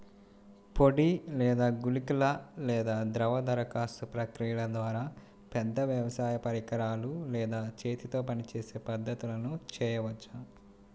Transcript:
పొడి లేదా గుళికల లేదా ద్రవ దరఖాస్తు ప్రక్రియల ద్వారా, పెద్ద వ్యవసాయ పరికరాలు లేదా చేతితో పనిచేసే పద్ధతులను చేయవచ్చా?